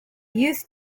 used